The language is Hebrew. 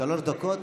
שלוש דקות,